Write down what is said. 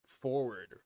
forward